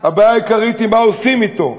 הבעיה העיקרית היא מה עושים אתו.